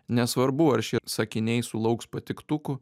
nesvarbu ar šie sakiniai sulauks patiktukų